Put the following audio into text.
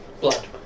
Blood